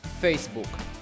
Facebook